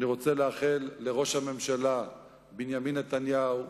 אני רוצה לאחל לראש הממשלה בנימין נתניהו,